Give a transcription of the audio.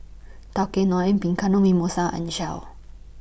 Tao Kae Noi Bianco Mimosa and Shell